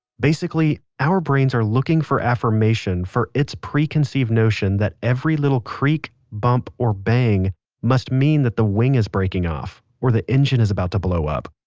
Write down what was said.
basically our brains are looking for affirmation for its preconceived notion that every little creek, bump or bang must mean that the wing is breaking off or the engine is about to blow up.